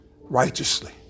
righteously